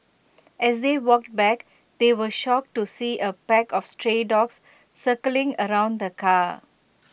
as they walked back they were shocked to see A pack of stray dogs circling around the car